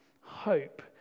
hope